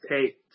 take